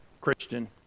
Christian